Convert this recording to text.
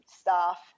staff